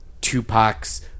Tupac's